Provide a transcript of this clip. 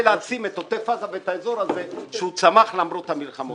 לשים את עוטף עזה ואת האזור הזה ולומר שהוא צמח למרות המלחמות.